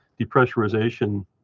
depressurization